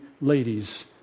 ladies